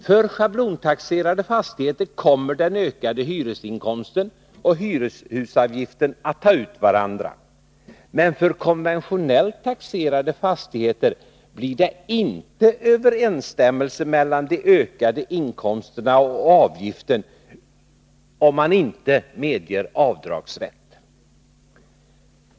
För schablontaxerade fastigheter kommer den ökade hyresinkomsten och hyreshusavgiften att ta ut varandra. Men för konventionellt taxerade fastigheter blir det inte överensstämmelse mellan de ökade inkomsterna och avgiften, om man inte medger avdragsrätt.